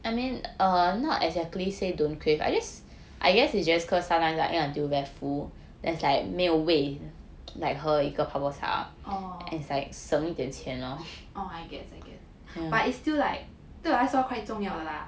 oh oh I gets I gets but it's still like 对我来说 quite 重要的 lah